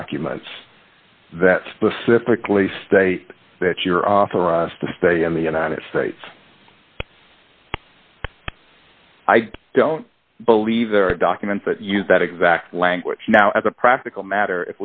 documents that specifically state that you're authorized to stay in the united states i don't believe there are documents that use that exact language now as a practical matter